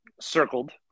circled